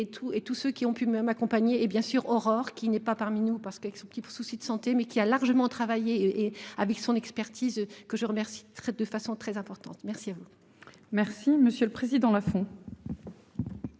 et tout ceux qui ont pu même accompagné et bien sûr Aurore qui n'est pas parmi nous parce qu'avec son petit souci de santé mais qui a largement travaillé et avec son expertise que je remercie très de façon très importante. Merci à vous. Merci, monsieur le Président la font.